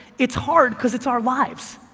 it's hard because it's our lives,